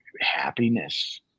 happiness